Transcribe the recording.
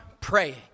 praying